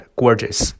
gorgeous